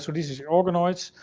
so, these are the organoids.